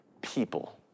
people